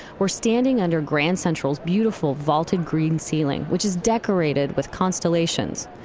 we're standing under grand central's beautiful vaulted green ceiling, which is decorated with constellations.